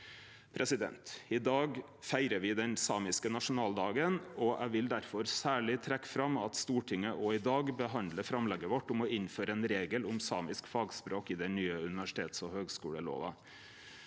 grunngjeving. I dag feirar me den samiske nasjonaldagen, og eg vil difor særleg trekkje fram at Stortinget i dag òg behandlar framlegget vårt om å innføre ein regel om samisk fagspråk i den nye universitets- og høgskulelova.